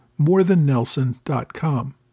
morethannelson.com